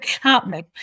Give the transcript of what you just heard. happening